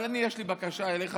אבל יש לי בקשה אליך,